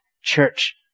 church